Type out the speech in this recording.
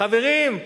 חברים,